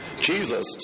Jesus